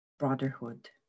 Brotherhood